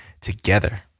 together